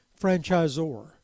franchisor